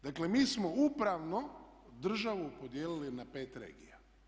Dakle, mi smo upravno državu podijelili na 5 regija.